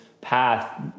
path